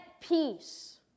peace